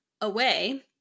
away